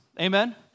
Amen